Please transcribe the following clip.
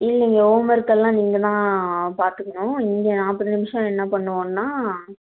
இல்லைங்க ஹோமர்க்கெல்லாம் நீங்கள்தான் பார்த்துக்கணும் இங்கே நாற்பது நிமிடம் என்ன பண்ணுவோம்னால்